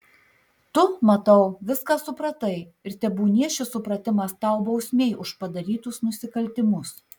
tu matau viską supratai ir tebūnie šis supratimas tau bausmė už padarytus nusikaltimus